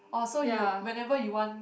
orh so you whenever you want